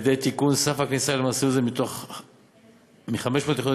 על-ידי תיקון סף הכניסה למסלול זה מ-500 יחידות